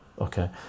okay